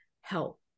help